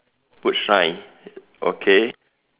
boot shine okay